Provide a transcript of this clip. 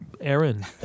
Aaron